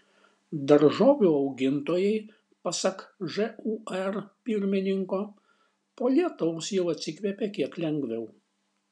daržovių augintojai pasak žūr pirmininko po lietaus jau atsikvėpė kiek lengviau